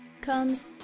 comes